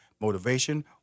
motivation